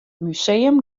museum